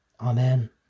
Amen